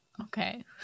Okay